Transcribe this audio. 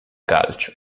calcio